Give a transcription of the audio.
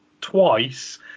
twice